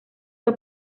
que